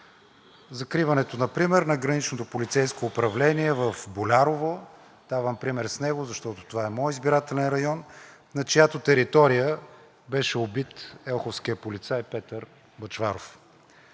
Закриването например на Граничното полицейско управление в Болярово – давам пример с него, защото това е моят избирателен район, на чиято територия беше убит елховският полицай Петър Бъчваров.